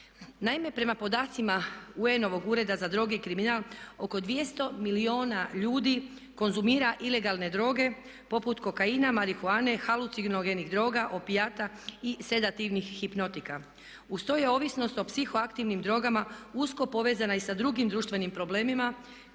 Naime, prema podacima UN-ovog Ureda za droge i kriminal oko 200 milijuna ljudi konzumira ilegalne droge poput kokaina, marihuane, halucinogenih droga, opijata i sedativnih hipnotika. Uz to je ovisnost o psihoaktivnim drogama usko povezana i sa drugim društvenim problemima